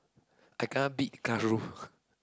I kena beat in classroom